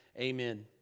Amen